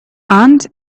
and